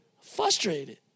frustrated